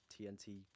TNT